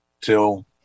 till